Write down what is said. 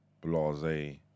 blase